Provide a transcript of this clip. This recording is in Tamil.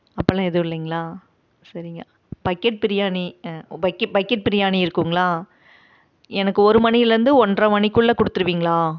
அப்படிலான் எதுவும் இல்லைங்களா சரிங்க bucket biryani bucket bucket biryani இருக்குங்களா எனக்கு ஒரு மணிலேருந்து ஒன்ரை மணிக்குள்ளே கொடுத்துடுவிங்களா